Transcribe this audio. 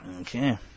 Okay